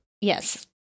Yes